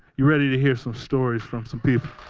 you're ready to hear some stories from some people?